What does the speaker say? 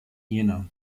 jena